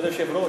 כבוד היושב-ראש,